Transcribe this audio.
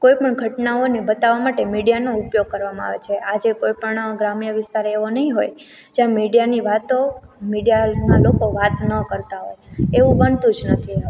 કોઈપણ ઘટનાઓને બતાવવા માટે મીડિયાનો ઉપયોગ કરવામાં આવે છે આજે કોઈપણ ગ્રામ્ય વિસ્તાર એવો નહીં હોય જ્યાં મીડિયાની વાતો મીડિયાના લોકો વાત ન કરતાં હોય એવું બનતું જ નથી હવે